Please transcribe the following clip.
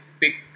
pick